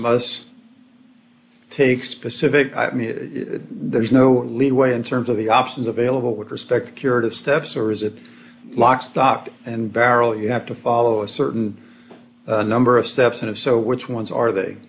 must take specific there's no leeway in terms of the options available with respect to steps or is it lock stock and barrel you have to follow a certain number of steps and if so which ones are the